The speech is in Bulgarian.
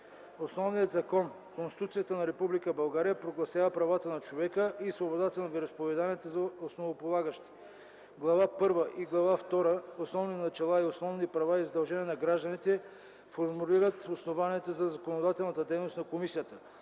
Основният закон – Конституцията на Република България прогласява правата на човека и свободата на вероизповедания за основополагащи. Глава първа и Глава втора – „Основни начала” и „Основни права и задължения на гражданите”, формулират основанията за законодателната дейност на Комисията.